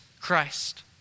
Christ